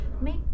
Make